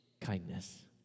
kindness